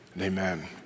amen